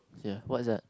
ya what's that